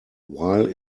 while